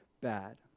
bad